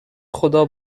خدا